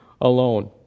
alone